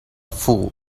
fool